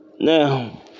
Now